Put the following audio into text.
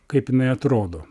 kaip jinai atrodo